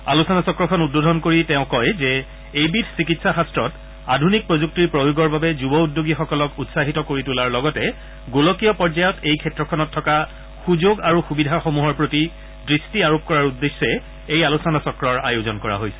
আলোচনা চক্ৰখন উদ্বোধন কৰি তেওঁ কয় যে এইবিধ চিকিৎসা শাস্ত্ৰত আধুনিক প্ৰযুক্তিৰ প্ৰয়োগৰ বাবে যুৱ উদ্যোগীসকলক উৎসাহিত কৰি তোলাৰ লগতে গোলকীয় পৰ্যায়ত এই ক্ষেত্ৰখনত থকা সুযোগ আৰু সুবিধাসমূহৰ প্ৰতি দৃষ্টি আৰোপ কৰাৰ উদ্দেশ্যে এই আলোচনা চক্ৰৰ আয়োজন কৰা হৈছে